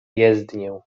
jezdnię